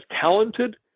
talented